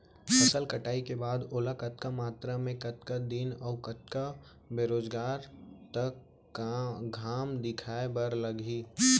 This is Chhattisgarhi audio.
फसल कटाई के बाद ओला कतका मात्रा मे, कतका दिन अऊ कतका बेरोजगार तक घाम दिखाए बर लागही?